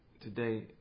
today